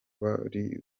bari